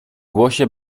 głosie